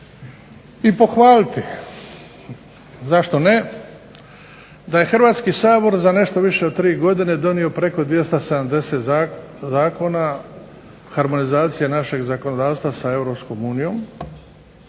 i pohvaliti, zašto ne, da je Hrvatski sabor za nešto više od tri godine donio preko 270 zakona, harmonizacija našeg zakonodavstva sa